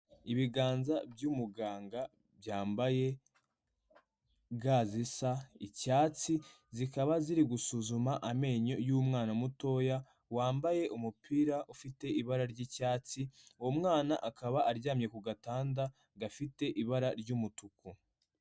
Ibiganza by'umuganga byambaye ga zisa icyatsi, zikaba ziri gusuzuma amenyo y'umwana mutoya wambaye umupira ufite ibara ry'icyatsi, uwo mwana akaba aryamye ku gatanda gafite ibara ry'umutuku.